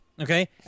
okay